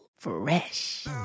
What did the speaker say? Fresh